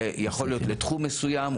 יכול להיות לתחום מסוים,